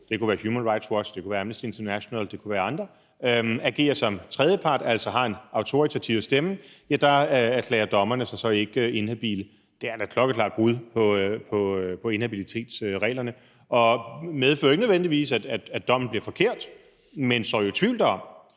det kunne være Human Rights Watch, Amnesty International eller andre – agerer som tredjepart og altså har en autoritativ stemme, og der har dommerne altså ikke erklæret sig inhabile. Det er da et klokkeklart brud på inhabilitetsreglerne. Det medfører ikke nødvendigvis, at dommen bliver forkert, men det sår jo tvivl derom.